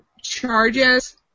charges